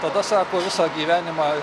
tada sako visą gyvenimą